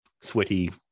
sweaty